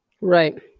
Right